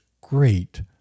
great